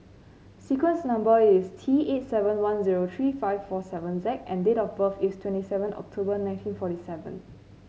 sequence number is T eight seven one zero three four seven Z and date of birth is twenty seven October nineteen forty seven